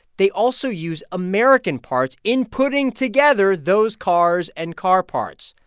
they also use american parts in putting together those cars and car parts.